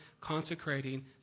consecrating